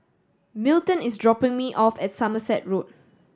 Milton is dropping me off at Somerset Road